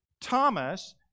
Thomas